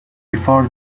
before